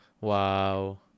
Wow